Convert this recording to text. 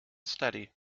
study